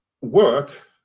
work